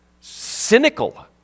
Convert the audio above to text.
cynical